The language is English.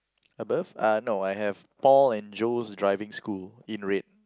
above ah no I have Paul and Joe's driving school in red